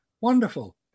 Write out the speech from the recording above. Wonderful